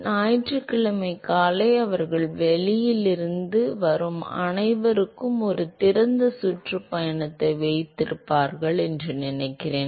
ஞாயிற்றுக்கிழமை காலை அவர்கள் வெளியில் இருந்து வரும் அனைவருக்கும் ஒரு திறந்த சுற்றுப்பயணத்தை வைத்திருப்பார்கள் என்று நினைக்கிறேன்